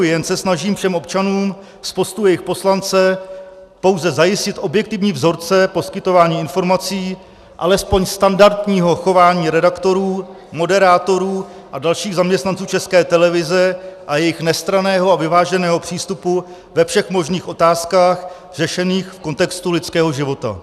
Jen se snažím všem občanům z postu jejich poslance pouze zajistit objektivní vzorce poskytování informací, alespoň standardního chování redaktorů, moderátorů a dalších zaměstnanců České televize a jejich nestranného a vyváženého přístupu ve všech možných otázkách, řešených v kontextu lidského života.